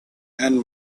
and